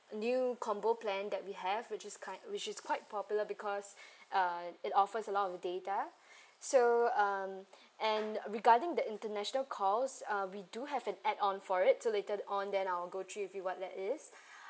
new combo plan that we have which is kind which is quite popular because uh it offers a lot of data so um and regarding that international calls uh we do have an add on for it so later on then I'll go through with you what that is